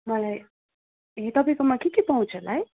मलाई ए तपाईँकोमा के के पाउँछ होला है